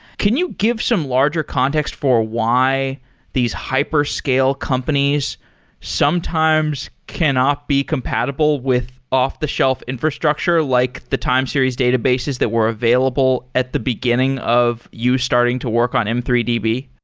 can you give some larger context for why these hyper-scale companies sometimes cannot be compatible with off the-shelf infrastructure like the time series databases that were available at the beginning of you starting to work on m three d b?